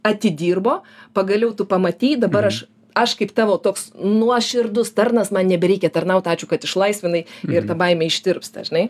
atidirbo pagaliau tu pamatei dabar aš aš kaip tavo toks nuoširdus tarnas man nebereikia tarnaut ačiū kad išlaisvinai ir ta baimė ištirpsta žinai